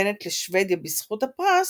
הניתנת לשוודיה בזכות הפרס,